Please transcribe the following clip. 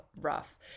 rough